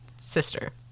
sister